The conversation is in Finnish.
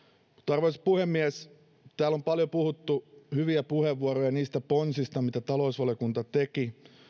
arvoisa puhemies täällä on pidetty paljon hyviä puheenvuoroja niistä ponsista joita talousvaliokunta teki